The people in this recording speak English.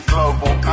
Global